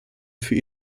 für